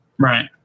Right